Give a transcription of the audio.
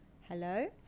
Hello